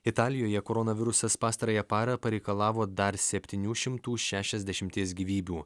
italijoje koronavirusas pastarąją parą pareikalavo dar septynių šimtų šešiasdešimties gyvybių